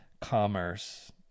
commerce